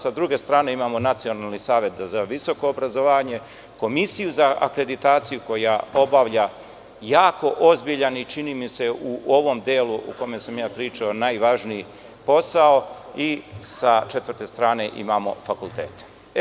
Sa druge strane imamo Nacionalni savet za visoko obrazovanje, Komisiju za akreditaciju koja obavlja jako ozbiljan i, čini mi se, u ovom delu o kome sam pričao najvažniji posao i sa četvrte strane imamo fakultete.